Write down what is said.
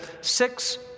six